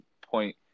point